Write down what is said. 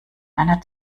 einer